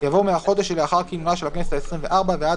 יבוא "מהחודש שלאחר כינונה של הכנסת העשרים וארבע ועד